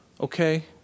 Okay